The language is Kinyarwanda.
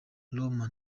roma